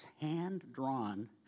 hand-drawn